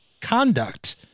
conduct